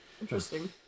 Interesting